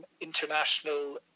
international